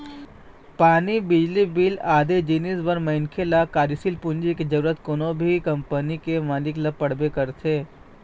पानी, बिजली बिल आदि जिनिस बर मनखे ल कार्यसील पूंजी के जरुरत कोनो भी कंपनी के मालिक ल पड़बे करथे